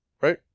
Right